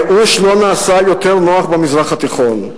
הייאוש לא נעשה יותר נוח במזרח התיכון.